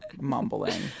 mumbling